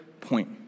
point